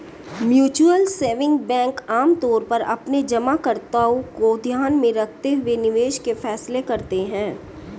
mutual saving bank आमतौर पर अपने जमाकर्ताओं को ध्यान में रखते हुए निवेश के फैसले करते हैं